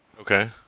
Okay